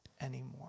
anymore